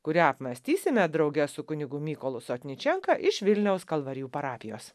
kurią apmąstysime drauge su kunigu mykolu sotničenka iš vilniaus kalvarijų parapijos